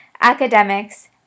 academics